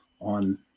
On